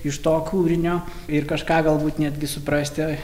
iš to kūrinio ir kažką galbūt netgi suprasti